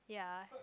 ya